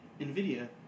NVIDIA